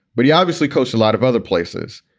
but he obviously cost a lot of other places,